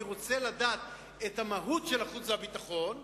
אני רוצה לדעת את המהות של החוץ והביטחון,